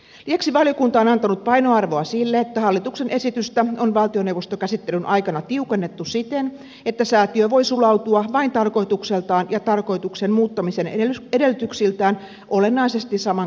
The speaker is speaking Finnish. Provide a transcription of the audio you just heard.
lisäksi valiokunta on antanut painoarvoa sille että hallituksen esitystä on valtioneuvostokäsittelyn aikana tiukennettu siten että säätiö voi sulautua vain tarkoitukseltaan ja tarkoituksen muuttamisen edellytyksiltään olennaisesti samankaltaiseen säätiöön